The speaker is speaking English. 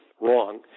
wrong